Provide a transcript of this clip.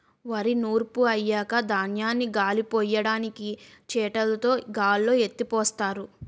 వరి నూర్పు అయ్యాక ధాన్యాన్ని గాలిపొయ్యడానికి చేటలుతో గాల్లో ఎత్తిపోస్తారు